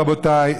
רבותיי,